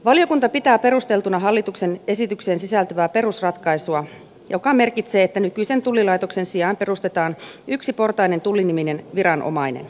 valiokunta pitää perusteltuna hallituksen esitykseen sisältyvää perusratkaisua joka merkitsee että nykyisen tullilaitoksen sijaan perustetaan yksiportainen tulli niminen viranomainen